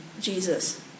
Jesus